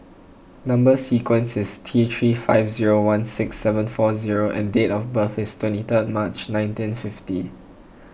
Number Sequence is T three five zero one six seven four O and date of birth is twenty third March nineteen fifty